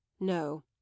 no